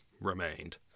remained